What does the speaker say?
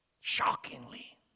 Shockingly